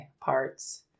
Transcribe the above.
parts